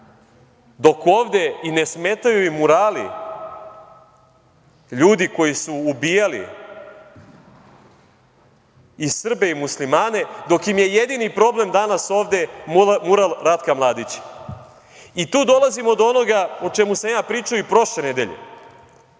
naziv i ne smetaju im murali ljudi koji su ubijali i Srbe i muslimane, dok im je jedini problem danas ovde mural Ratka Mladića? Tu dolazimo do onoga o čemu sam ja pričao i prošle nedelje,